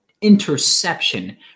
interception